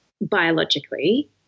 biologically